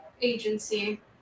agency